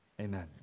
amen